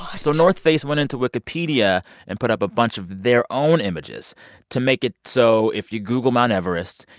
so north face went into wikipedia and put up a bunch of their own images to make it so if you google mt. everest,